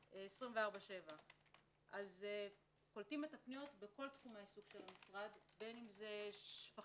24/7. קולטים את הפניות בכל תחומי העיסוק של המשרד בין אם זה שפכים,